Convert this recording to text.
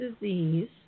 disease